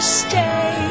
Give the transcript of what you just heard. stay